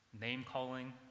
name-calling